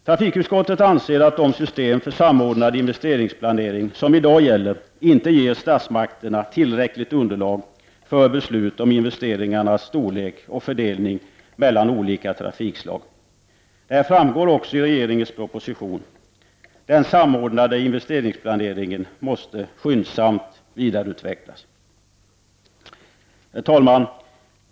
Trafikutskottet anser att de system för samordnad investerinsplanering som i dag gäller inte ger statsmakterna tillräckligt underlag för beslut om investeringarnas storlek och fördelning mellan olika trafikslag. Detta framgår också av propositionen. Den samordnade investeringsplaneringen måste skyndsamt vidareutvecklas. Herr talman!